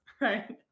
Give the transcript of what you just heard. Right